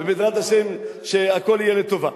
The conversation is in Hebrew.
ובעזרת השם שהכול יהיה לטובה.